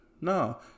No